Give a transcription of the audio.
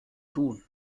tun